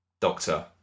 doctor